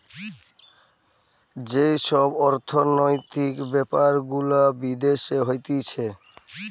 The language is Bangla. যেই সব অর্থনৈতিক বেপার গুলা বিদেশে হতিছে